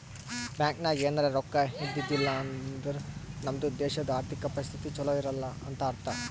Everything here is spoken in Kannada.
ಬ್ಯಾಂಕ್ ನಾಗ್ ಎನಾರೇ ರೊಕ್ಕಾ ಇದ್ದಿದ್ದಿಲ್ಲ ಅಂದುರ್ ನಮ್ದು ದೇಶದು ಆರ್ಥಿಕ್ ಪರಿಸ್ಥಿತಿ ಛಲೋ ಇಲ್ಲ ಅಂತ ಅರ್ಥ